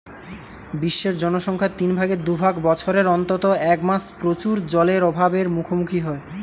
বিশ্বের জনসংখ্যার তিন ভাগের দু ভাগ বছরের অন্তত এক মাস প্রচুর জলের অভাব এর মুখোমুখী হয়